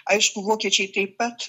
aišku vokiečiai taip pat